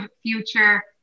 future